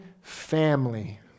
family